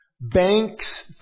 Banks